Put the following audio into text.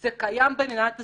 זה קיים במדינת ישראל.